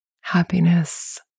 Happiness